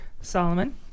Solomon